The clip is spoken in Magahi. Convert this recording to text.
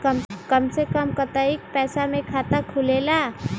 कम से कम कतेइक पैसा में खाता खुलेला?